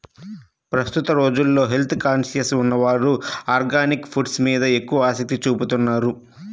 ప్రస్తుత రోజుల్లో health conscious ఉన్నవారు ఆర్గానిక్ ఫుడ్స్ మీద ఎక్కువ ఆసక్తి చూపుతున్నారు